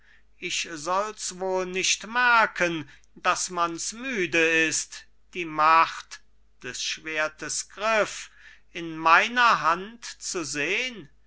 ich solls wohl nicht merken daß mans müde ist die macht des schwertes griff in meiner hand zu sehn